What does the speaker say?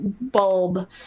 bulb